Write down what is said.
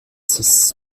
six